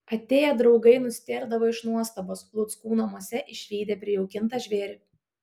atėję draugai nustėrdavo iš nuostabos luckų namuose išvydę prijaukintą žvėrį